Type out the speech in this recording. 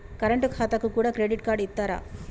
Current ఖాతాకు కూడా credit card ఇత్తరా?